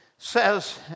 says